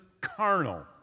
carnal